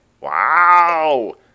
Wow